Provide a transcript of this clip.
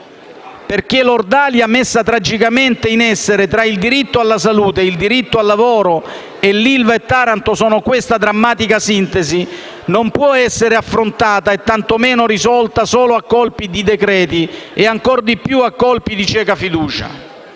Perché l'ordalia messa tragicamente in essere tra il diritto alla salute e il diritto al lavoro - l'ILVA e Taranto rappresentano questa drammatica sintesi - non può essere affrontata e tantomeno risolta solo a colpi di decreti-legge e ancor di più a colpi di cieca fiducia.